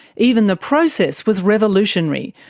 even the process was revolutionary,